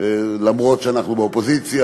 אף-על-פי שאנחנו באופוזיציה